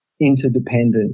interdependent